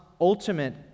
ultimate